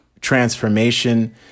transformation